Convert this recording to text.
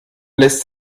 lässt